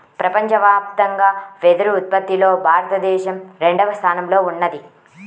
ప్రపంచవ్యాప్తంగా వెదురు ఉత్పత్తిలో భారతదేశం రెండవ స్థానంలో ఉన్నది